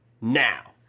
now